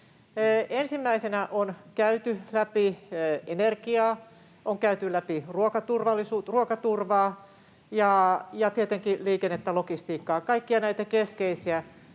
Ensimmäisenä on käyty läpi energiaa, on käyty läpi ruokaturvaa ja tietenkin liikennettä, logistiikkaa — kaikkia näitä keskeisiä